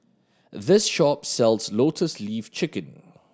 this shop sells Lotus Leaf Chicken